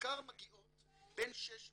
ליק"ר מגיעות בין 600